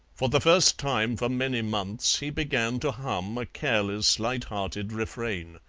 for the first time for many months he began to hum a careless lighthearted refrain.